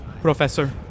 Professor